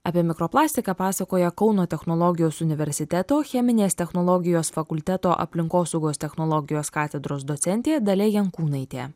apie mikroplastiką pasakoja kauno technologijos universiteto cheminės technologijos fakulteto aplinkosaugos technologijos katedros docentė dalia jankūnaitė